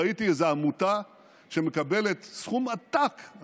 ראיתי איזו עמותה שמקבלת סכום עתק,